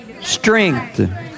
Strength